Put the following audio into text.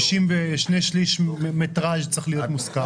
60 ושני שליש מטראז' צריך להיות מוסכם.